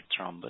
thrombus